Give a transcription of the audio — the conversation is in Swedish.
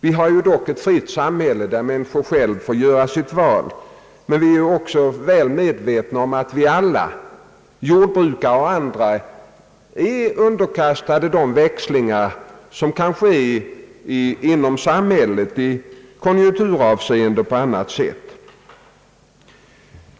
Vi har dock ett fritt samhälle, där människor själva får göra sitt val, men vi är också väl medvetna om att vi alla, jordbrukare och andra, är underkastade de växlingar som kan ske inom samhället, i konjunkturavseende och på annat sätt.